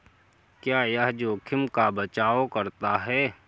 क्या यह जोखिम का बचाओ करता है?